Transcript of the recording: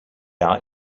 are